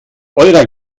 eurer